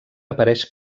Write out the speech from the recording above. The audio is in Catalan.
apareix